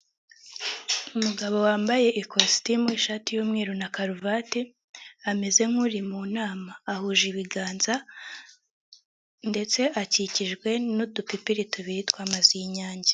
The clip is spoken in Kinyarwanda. Umugabo wambaye ikositimu ishati y'umweru na karuvati, ameze nk'uri mu nama ahuje ibiganza ndetse akikijwe n'udupipiri tubiri tw'amazi y'inyange.